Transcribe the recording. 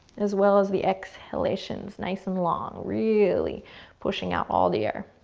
as well as the exhalations, nice and long, really pushing out all the air.